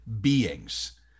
beings